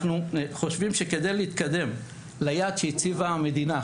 אנחנו חושבים שכדי להתקדם ליעד שהציבה המדינה,